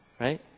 right